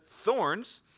thorns